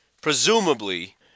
presumably